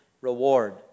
reward